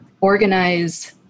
organize